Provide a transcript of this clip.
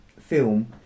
film